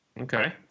Okay